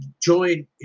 join